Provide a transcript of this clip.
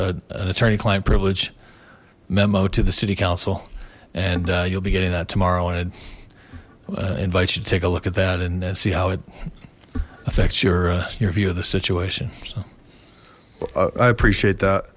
a an attorney client privilege memo to the city council and you'll be getting that tomorrow and it invites you to take a look at that and see how it affects your your view of the situation so i appreciate that